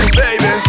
baby